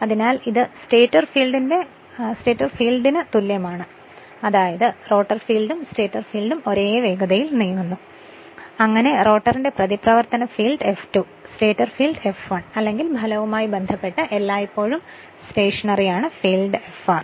അതിനാൽ അത് സ്റ്റേറ്റർ ഫീൽഡിന് തുല്യമാണ് അതായത് റോട്ടർ ഫീൽഡും സ്റ്റേറ്റർ ഫീൽഡും ഒരേ വേഗതയിൽ നീങ്ങുന്നു അങ്ങനെ റോട്ടറിന്റെ പ്രതിപ്രവർത്തന field F2 stator field F1 അല്ലെങ്കിൽ ഫലവുമായി ബന്ധപ്പെട്ട് എല്ലായ്പ്പോഴും സ്റ്റേഷനറി ആണ് ഫീൽഡ് Fr